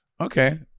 Okay